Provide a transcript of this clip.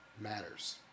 matters